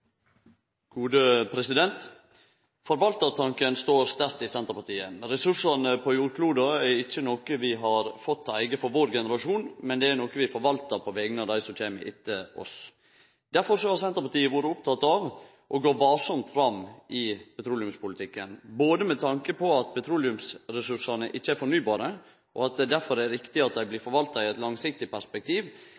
ikkje noko vi har fått til eige for vår generasjon, men det er noko vi forvaltar på vegner av dei som kjem etter oss. Difor har Senterpartiet vore oppteke av å gå varsamt fram i petroleumspolitikken – både med tanke på at petroleumsressursane ikkje er fornybare, og at det difor er riktig at dei blir